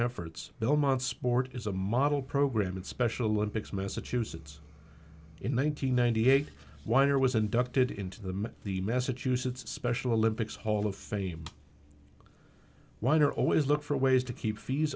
efforts belmont sport is a model program and special olympics massachusetts in one nine hundred ninety eight weiner was inducted into the the message use its special olympics hall of fame weiner always look for ways to keep fees